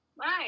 Right